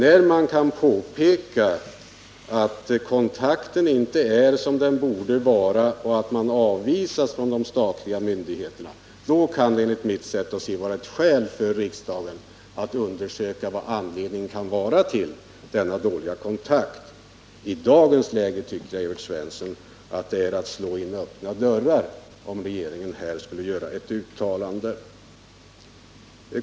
Om man kan påpeka att kontakten inte är som den borde vara och att man avvisas från de statliga myndigheterna, då kan det enligt mitt sätt att se vara skäl för riksdagen att undersöka vad anledningen kan vara. I dagens läge tycker jag, Evert Svensson, att det är att slå in öppna dörrar om riksdagen här skulle göra ett uttalande.